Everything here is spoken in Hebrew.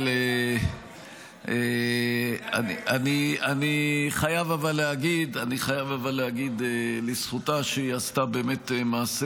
אבל אני חייב להגיד לזכותה שהיא עשתה מעשה